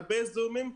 הרבה זומים,